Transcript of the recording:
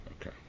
Okay